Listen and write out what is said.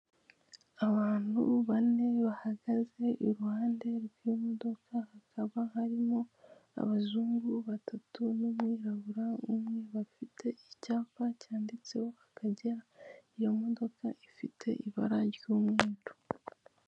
Abantu bane bahagaze i ruhande rw'imodoka hakaba harimo abazungu batatu n'umwirabura umwe, bafite icyapa cyanditeho akagera iyo modoka ifite ibara ry'umweru.